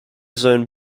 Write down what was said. zone